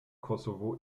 kosovo